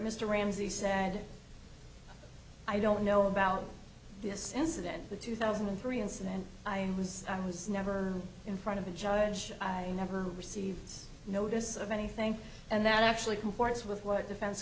mr ramsey said i don't know about this incident the two thousand and three incident i was i was never in front of a judge i never received notice of anything and that actually comports with what defense